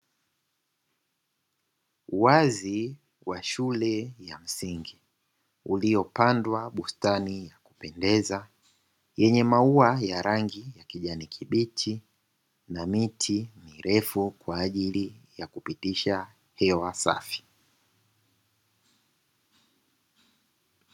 Uwazi wa shule ya msingi uliopandwa bustani yakupendeza, yenye maua ya rangi ya kijani kibichi na miti mirefu kwa ajili ya kupitisha hewa safi.